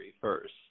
first